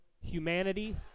humanity